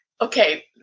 Okay